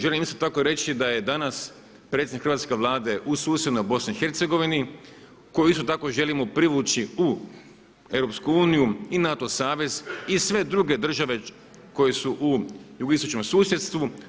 Želim isto tako reći da je danas predsjednik Hrvatske vlade u susjednoj BiH koju isto tako želimo privući u EU i NATO savez i sve druge države koje su u jugoistočnom susjedstvu.